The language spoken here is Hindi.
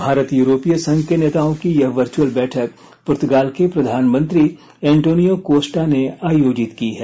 भारत यूरोपीय संघ के नेताओं की यह वर्चअल बैठक पुर्तगाल के प्रधानमंत्री एंटोनियो कोस्टा ने आयोजित की है